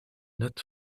net